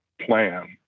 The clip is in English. plan